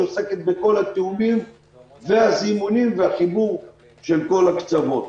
שעוסקת בכל התיאומים והזימונים והחיבור של כל הקצוות.